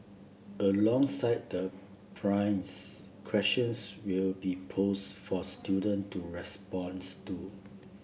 alongside the primers questions will be posed for student to responds to